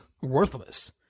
worthless